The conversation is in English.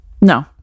No